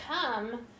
come